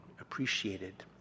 appreciated